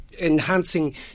enhancing